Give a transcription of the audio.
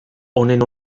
honen